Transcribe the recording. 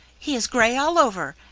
he is gray all over,